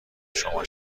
شما